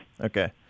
Okay